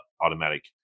automatic